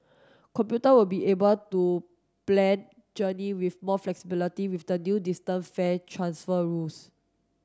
computer will be able to plan journey with more flexibility with the new distance fare transfer rules